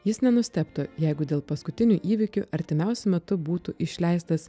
jis nenustebtų jeigu dėl paskutinių įvykių artimiausiu metu būtų išleistas